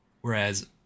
whereas